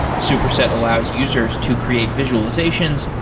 superset allows users to create visualizations,